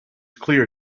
clear